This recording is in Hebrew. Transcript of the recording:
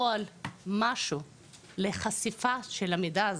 נוהל או משהו דומה לחשיפת המידע הזה,